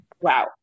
wow